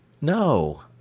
No